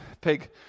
pig